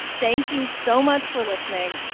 thank you so much for listening.